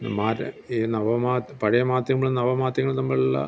മാറ്റം ഈ നവ മാ പഴയ മാധ്യമങ്ങളും നവ മാധ്യങ്ങളും തമ്മിലുള്ള